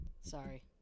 Sorry